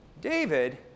David